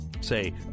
say